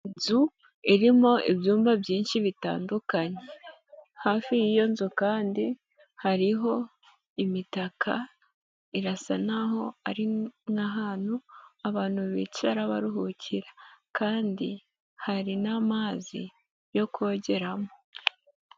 Inzu irimo ibyumba byinshi bitandukanye, hafi y'iyo nzu kandi hariho imitaka irasa n'aho ari n'ahantu abantu bicara baruhukira kandi hari n'amazi yo kogeramo.